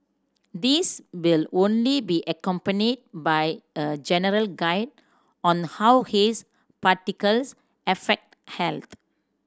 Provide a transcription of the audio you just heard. these will only be accompanied by a general guide on how haze particles affect health